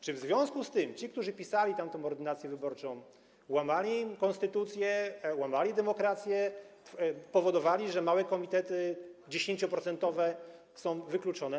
Czy w związku z tym ci, którzy pisali tamtą ordynację wyborczą, łamali konstytucję, łamali demokrację, spowodowali, że małe komitety, o 10-procentowym poparciu zostały wykluczone?